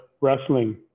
wrestling